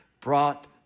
brought